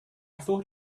thought